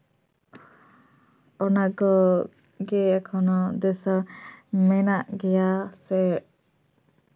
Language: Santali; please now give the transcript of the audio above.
ᱚᱱᱟᱠᱚ ᱜᱮ ᱮᱠᱷᱚᱱᱳ ᱫᱤᱥᱟᱹ ᱢᱮᱱᱟᱜ ᱜᱮᱭᱟ ᱥᱮ